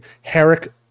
Herrick